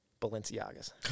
Balenciagas